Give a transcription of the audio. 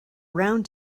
round